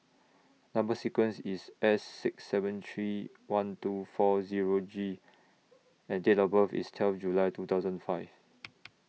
Number sequence IS S six seven three one two four Zero G and Date of birth IS twelve July two thousand five